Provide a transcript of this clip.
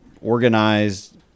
organized